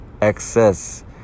excess